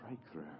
breakthrough